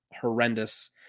horrendous